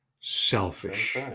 selfish